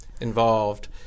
involved